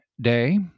Day